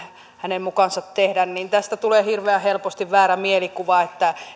hänen mukaansa tehdä että tästä tulee hirveän helposti väärä mielikuva että